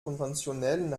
konventionellen